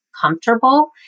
comfortable